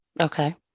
Okay